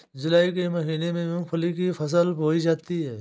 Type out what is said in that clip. जूलाई के महीने में मूंगफली की फसल बोई जाती है